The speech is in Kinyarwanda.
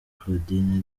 claudine